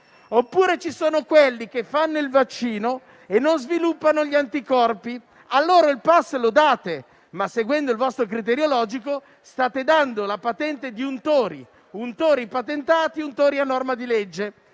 pure quelli che fanno il vaccino e non sviluppano gli anticorpi. A loro date il *pass*, ma seguendo il vostro criterio logico state dando la patente di untori patentati e di untori a norma di legge